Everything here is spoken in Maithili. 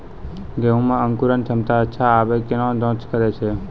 गेहूँ मे अंकुरन क्षमता अच्छा आबे केना जाँच करैय छै?